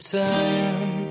time